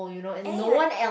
and then you are